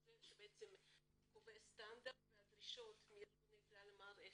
זה שקובע סטנדרט ודרישות מארגוני כלל המערכת.